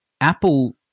apple